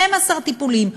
12 טיפולים.